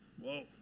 Whoa